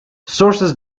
sources